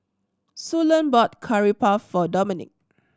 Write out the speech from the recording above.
Suellen bought Curry Puff for Domenic